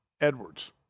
Edwards